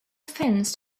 fins